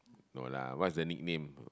no lah what is the nickname